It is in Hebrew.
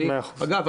אגב,